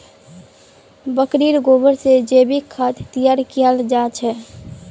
बकरीर गोबर से जैविक खाद तैयार कियाल जा छे